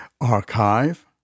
Archive